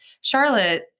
Charlotte